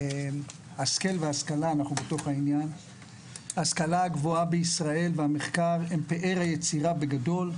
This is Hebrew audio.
ההשכלה הגבוהה בישראל והמחקר הם פאר היצירה בגדול.